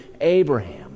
Abraham